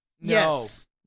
Yes